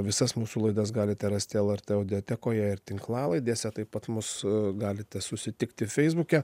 visas mūsų laidas galite rasti lrt audiotekoje ir tinklalaidėse taip pat mus galite susitikti feisbuke